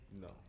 No